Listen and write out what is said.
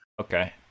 Okay